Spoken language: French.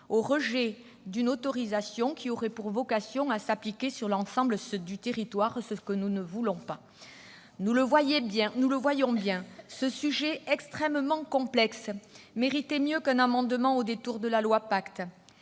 au rejet d'une autorisation qui aurait vocation à s'appliquer sur l'ensemble du territoire, ce que nous ne voulons pas. Nous le voyons bien, ce sujet extrêmement complexe méritait mieux qu'un amendement au détour de la loi Pacte.